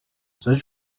search